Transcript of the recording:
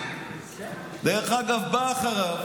בא אחריו,